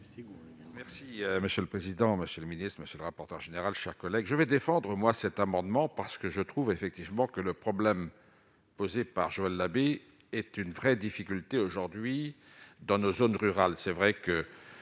merci. Monsieur le président, monsieur le ministre, monsieur le rapporteur général, chers collègues, je vais défendre moi cet amendement parce que je trouve effectivement que le problème posé par Joël Labbé est une vraie difficulté aujourd'hui dans nos zones rurales,